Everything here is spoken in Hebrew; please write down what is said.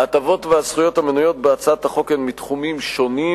ההטבות והזכויות המנויות בהצעת החוק הן מתחומים שונים,